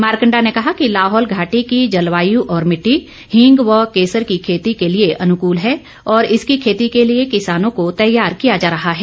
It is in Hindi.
मारकंडा ने कहा कि लाहौल घाटी की जलवायू और मिट्टी हींग व केसर की खेती के लिए अनुकूल है और इसकी खेती के लिए किसानों को तैयार किया जा रहा है